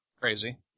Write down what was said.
crazy